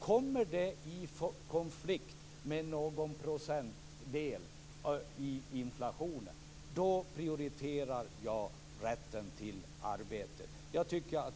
Kommer det med någon procentdel i konflikt med inflationsmålet, då prioriterar jag rätten till arbete.